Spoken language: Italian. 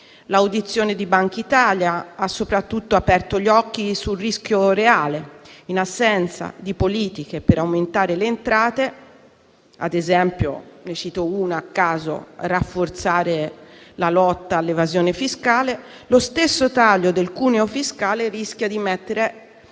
L'audizione di Bankitalia ha soprattutto aperto gli occhi sul rischio reale in assenza di politiche per aumentare le entrate; ne cito una a caso: rafforzare la lotta all'evasione fiscale. Lo stesso taglio del cuneo fiscale può mettere